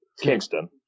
Kingston